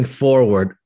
forward